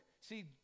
See